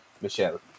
Michelle